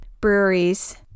breweries